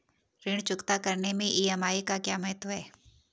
ऋण चुकता करने मैं ई.एम.आई का क्या महत्व है?